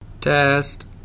Test